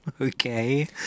Okay